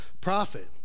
prophet